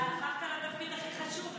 אתה הפכת לתפקיד הכי חשוב,